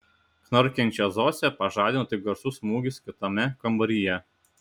knarkiančią zosę pažadino tik garsus smūgis kitame kambaryje